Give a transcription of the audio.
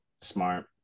Smart